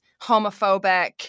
homophobic